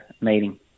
meeting